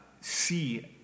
see